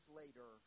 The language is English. later